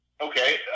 okay